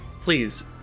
please